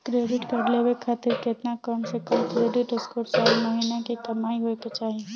Credit card लेवे खातिर केतना कम से कम क्रेडिट स्कोर चाहे महीना के कमाई होए के चाही?